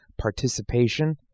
participation